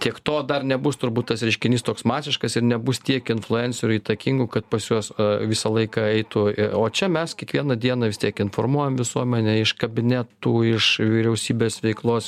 tiek to dar nebus turbūt tas reiškinys toks masiškas ir nebus tiek influencerių įtakingų kad pas juos visą laiką eitų o čia mes kiekvieną dieną vis tiek informuojam visuomenę iš kabinetų iš vyriausybės veiklos